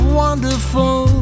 wonderful